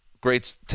great